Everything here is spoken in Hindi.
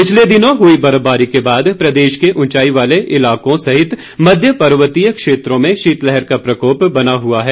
पिछले दिनों हुई बर्फबारी के बाद प्रदेश के ऊंचाई वाले इलाकों सहित मध्य पर्वतीय क्षेत्रों में शीतलहर का प्रकोप बना हुआ है